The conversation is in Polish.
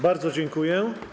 Bardzo dziękuję.